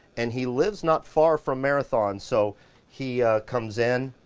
and he lives not far from marathon, so he comes in,